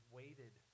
waited